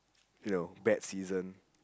you know bad season